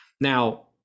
Now